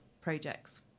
projects